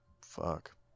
fuck